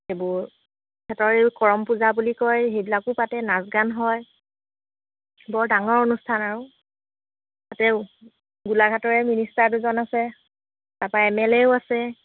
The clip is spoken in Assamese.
এইবোৰ সিহঁতৰ এই কৰম পূজা বুলি কয় সেইবিলাকো পাতে নাচ গান হয় বৰ ডাঙৰ অনুষ্ঠান আৰু তাতেও গোলাঘাটৰে মিনিষ্টাৰ দুজন আছে তাৰপৰা এম এল এও আছে